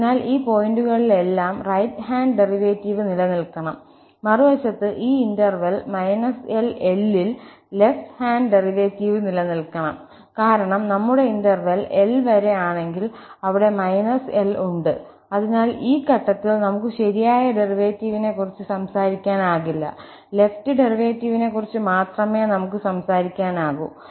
അതിനാൽ ഈ പോയിന്റുകളിലെല്ലാം റൈറ്റ് ഹാൻഡ് ഡെറിവേറ്റീവ് നിലനിൽക്കണം മറുവശത്ത് ഈ ഇന്റർവെൽ −L Lൽ ലെഫ്റ് ഹാൻഡ് ഡെറിവേറ്റീവ് നിലനിൽക്കണം കാരണം നമ്മുടെ ഇന്റർവെൽ L വരെ ആണെങ്കിൽ ഇവിടെ L ഉണ്ട് അതിനാൽ ഈ ഘട്ടത്തിൽ നമുക്ക് ശരിയായ ഡെറിവേറ്റീവിനെക്കുറിച്ച് സംസാരിക്കാനാകില്ല ലെഫ്റ് ഡെറിവേറ്റീവിനെക്കുറിച്ച് മാത്രമേ നമുക്ക് സംസാരിക്കാനാകൂ